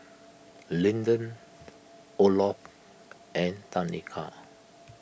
Linden Olof and Tanika